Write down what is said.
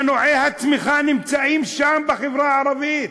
מנועי הצמיחה נמצאים שם בחברה הערבית,